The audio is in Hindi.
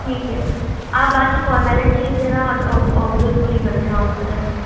ठीक है आप बाकी फॉरमैलिटीज है ना उधर पूरी कर दे ना हॉस्पिटल में